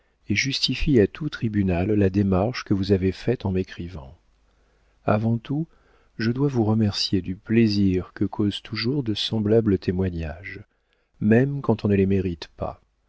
et justifie à tout tribunal la démarche que vous avez faite en m'écrivant avant tout je dois vous remercier du plaisir que causent toujours de semblables témoignages même quand on ne les mérite pas